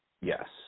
Yes